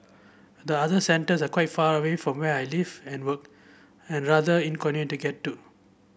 the other centres are quite far away from where I live and work and rather inconvenient to get to